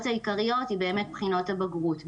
העיקריות היא באמת בחינות הבגרות,